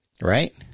right